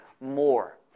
more